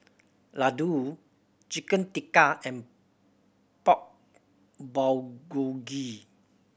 Ladoo Chicken Tikka and Pork Bulgogi